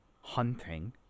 hunting